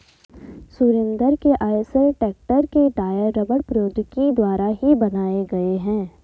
सुरेंद्र के Eicher tractor के tyre रबड़ प्रौद्योगिकी द्वारा ही बनाए गए हैं